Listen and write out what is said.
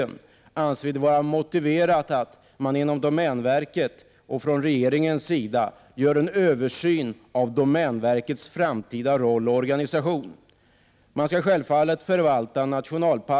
Vi anser det också vara motiverat att man inom domänverket och från regeringens sida gör en översyn av domänverkets framtida roll och organisation. Domänverket skall självfallet förvalta nationalparker.